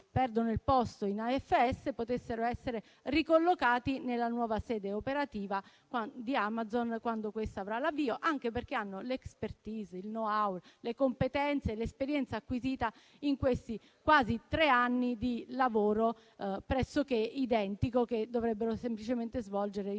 perdono il posto in AFS potessero essere ricollocati nella nuova sede operativa di Amazon quando questa inizierà a lavorare. Ricordo che queste persone hanno l'*expertise*, il *know-how*, le competenze e l'esperienza acquisita in questi quasi tre anni di lavoro pressoché identico a quello che dovrebbero semplicemente svolgere a